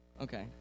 Okay